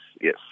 yes